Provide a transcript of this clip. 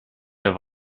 der